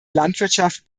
landwirtschaft